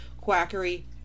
quackery